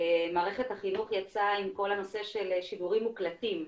מערכת החינוך יצאה עם כל הנושא של שידורים מוקלטים,